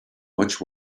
much